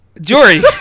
Jory